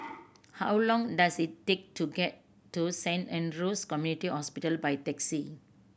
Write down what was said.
how long does it take to get to Saint Andrew's Community Hospital by taxi